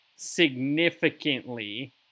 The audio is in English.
significantly